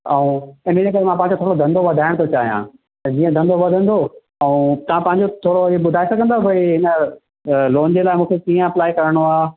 ऐं हिन जे करे मां पंहिंजो थोरो धंधो वधायण थो चाहियां त जीअं धंधो वधंदो ऐं तव्हां पंहिंजो थोरो इहे ॿुधाए सघंदो भाई हिन अ लोन जे लाइ मूंखे कीअं अपलाए करणो आहे